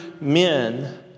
men